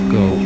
go